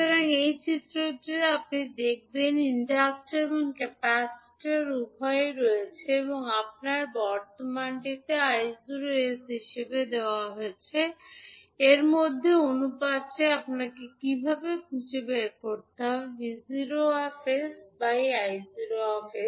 সুতরাং এই চিত্রটিতে আপনি দেখবেন ইন্ডাক্টর এবং ক্যাপাসিটার উভয়ই রয়েছেন এবং আপনাকে বর্তমানটিকে 𝐼𝑜 𝑠 হিসাবে দেওয়া হয়েছে এর মধ্যে অনুপাতটি আপনাকে কীভাবে খুঁজে বের করতে হবে 𝑉𝑜 𝑠 𝐼𝑜 𝑠